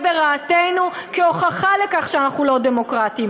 ברעתנו כהוכחה לכך שאנחנו לא דמוקרטים,